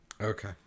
Okay